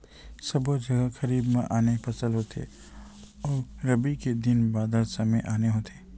सबो जघा खरीफ म आने फसल होथे अउ रबी के दिन बादर समे आने होथे